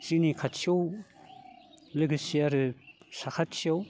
जोंनि खाथियाव लोगोसे आरो साखाथियाव